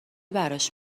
براش